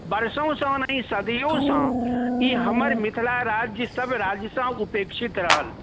बरिसोँसँ नहि सदियोँसँ ई हमर मिथिलाराज सब राज्यसँ उपेक्षित रहल